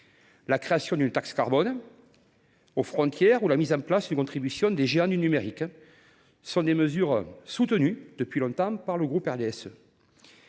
La création d’une taxe carbone aux frontières ou la mise en place d’une contribution des géants du numérique sont des mesures soutenues depuis longtemps par le RDSE.